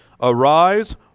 Arise